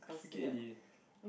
I forget already eh